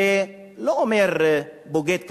את זה לא אומר בוגד כמוני,